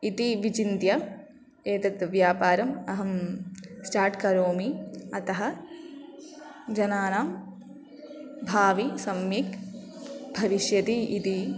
इति विचिन्त्य एतत् व्यापारम् अहं स्टार्ट् करोमि अतः जनानां भावि सम्यक् भविष्यति इति